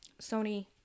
Sony